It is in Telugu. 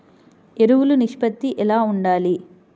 ఎరువులు నిష్పత్తి ఎలా ఉండాలి?